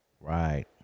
Right